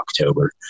October